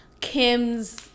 Kim's